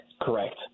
correct